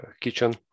kitchen